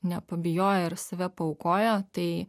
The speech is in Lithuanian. nepabijojo ir save paaukojo tai